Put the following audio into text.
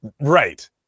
Right